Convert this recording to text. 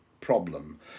problem